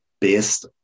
based